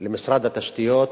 למשרד התשתיות,